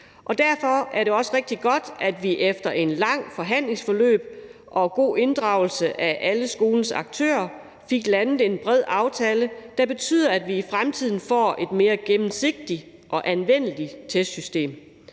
Derfor er det også rigtig godt, at vi efter et langt forhandlingsforløb og en god inddragelse af alle skolens aktører fik landet en bred aftale, der betyder, at vi i fremtiden får et mere gennemsigtigt og anvendeligt testsystem,